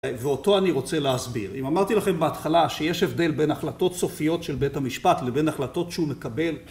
ואותו אני רוצה להסביר. אם אמרתי לכם בהתחלה שיש הבדל בין החלטות סופיות של בית המשפט לבין החלטות שהוא מקבל